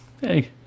hey